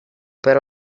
per